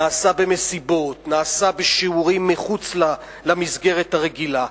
נעשה במסיבות, נעשה בשיעורים מחוץ למסגרת הרגילה,